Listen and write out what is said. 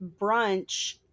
brunch